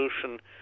Solution